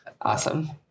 awesome